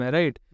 right